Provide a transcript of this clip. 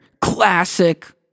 classic